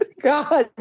God